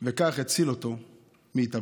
וכך הציל אותו מהתאבדות.